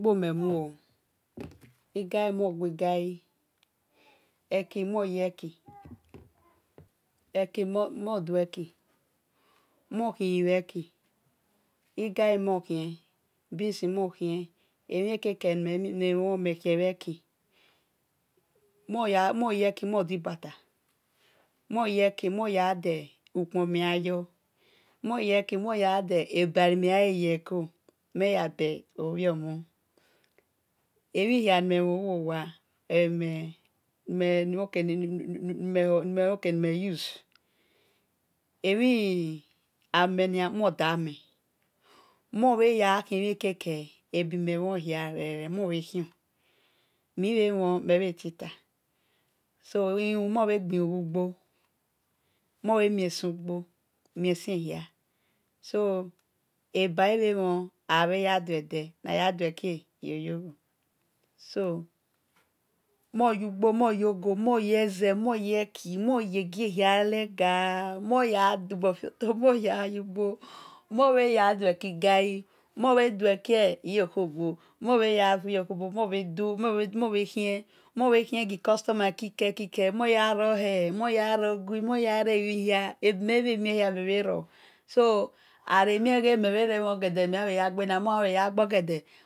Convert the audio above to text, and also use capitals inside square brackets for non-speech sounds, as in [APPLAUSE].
Ugbo meh muoo [NOISE] igui men gui gai ekimon ye ki [NOISE] mondueki montue mhi bheki emhi kike mon khie beansi mon khien mon ye ki modi bata mon-yeki monya du ukpon nime yan yor-mon yeki mon-ya deba nime yan le yeko meh ye bel obhiomon emhi han ni meh mhon wu-wowa nime use [HESITATION] mon dame oohon bhe ya khie mhi keke nime mhon hia mi-bhe mhi keke nime mhon hia mi-bhe mhon me bhe tita so ilumhu mhon bhe gbiu bhu gbo mie su gbo mie son hia so ababhemhon na ya due-de naya due-keo yokho-yo-kho so mon yu gbo-mon ye ze mon-ye ki monye gie hia legu mon-ya gbofioto [NOISE] mobhe ya dueki gai mon-bhe ya dueki iyokhebo-mon bhe ya vui yokhobo mon bhe ya roihele mobhe khie gi customa kike-kike mon yaro gui ebime bhe-mhen hia mhen bhe ro so aremie mebhe mhon ogede ni men yan ya gbe nia gbogede